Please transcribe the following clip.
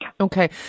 Okay